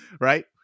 right